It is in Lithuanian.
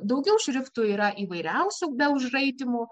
daugiau šriftu yra įvairiausių be užraitymų